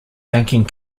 banking